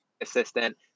assistant